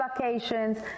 vacations